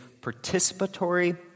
participatory